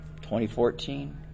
2014